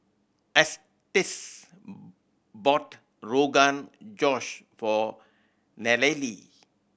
Estes bought Rogan Josh for Nallely